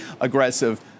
aggressive